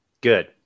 Good